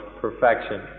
perfection